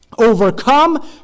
overcome